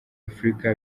afurika